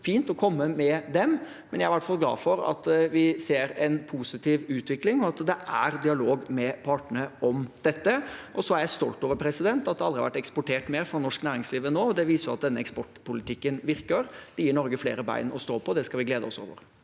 det jo fint å komme med dem. Jeg er i hvert fall glad for at vi ser en positiv utvikling, og at det er dialog med partene om dette. Jeg er stolt over at det aldri har vært eksportert mer fra norsk næringsliv enn nå, og det viser at denne eksportpolitikken virker. Det gir Norge flere bein å stå på, og det skal vi glede oss over.